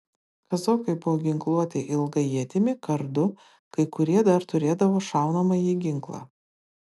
kazokai buvo ginkluoti ilga ietimi kardu kai kurie dar turėdavo šaunamąjį ginklą